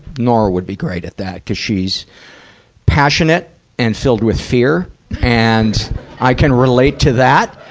nora would be great at that, cuz she's passionate and filled with fear and i can relate to that.